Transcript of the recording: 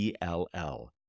ELL